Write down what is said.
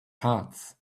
parts